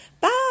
Bye